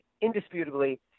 indisputably –